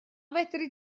fedri